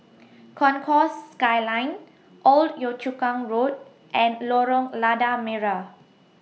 Concourse Skyline Old Yio Chu Kang Road and Lorong Lada Merah